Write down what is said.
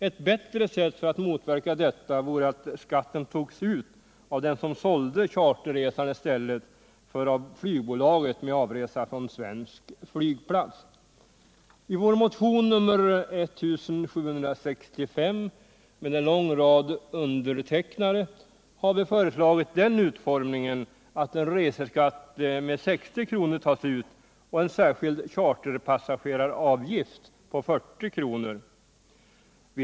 Ett bättre sätt för att motverka detta vore att skatten togs ut av den som sålde charterresan i I vår motion nr 1765 med en lång rad undertecknare har vi föreslagit den utformningen att en reseskatt med 60 kr. och en särskild charterpassageraravgift på 40 kr. tas ut.